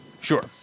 Sure